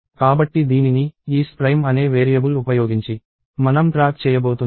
కాబట్టి దీనిని is prime అనే వేరియబుల్ ఉపయోగించి మనం ట్రాక్ చేయబోతున్నాం